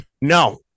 No